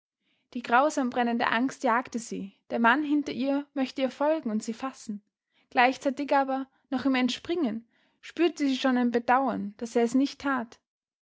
die grausam brennende angst jagte sie der mann hinter ihr möchte ihr folgen und sie fassen gleichzeitig aber noch im entspringen spürte sie schon ein bedauern daß er es nicht tat